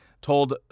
told